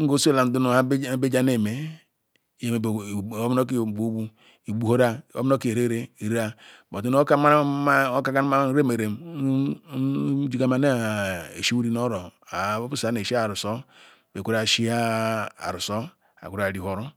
nge osa ohu nyewejia neme iheme bu oburu kunè ogbu ogbu igbuhuiro-a oburu kune be-ere ireh but noh okanma nrem-ere njigama ne-eshi wuri noh oro shi arusi ayi gweru shi owusi ayi gwere rihuoru.